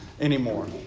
anymore